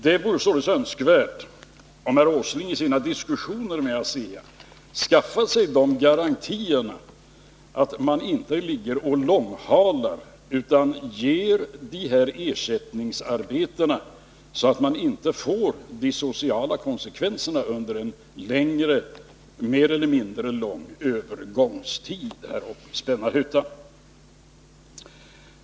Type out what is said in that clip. Det vore således önskvärt om herr Åsling i sina diskussioner med ASEA skaffade sig garantier för att man inte ligger och långhalar utan ger de här ersättningsarbetena, så att vi inte får de sociala konsekvenserna under en mer eller mindre lång övergångstid uppe i Spännarhyttan.